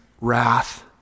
wrath